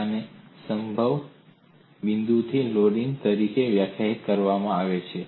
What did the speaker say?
થિટાને સંદર્ભ બિંદુથી લોડિંગ તરીકે વ્યાખ્યાયિત કરવામાં આવે છે